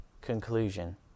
conclusion